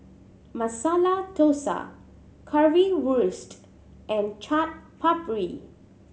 Masala Dosa Currywurst and Chaat Papri